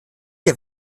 der